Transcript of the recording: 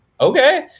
okay